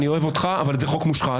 אני אוהב אותך, אבל זה חוק מושחת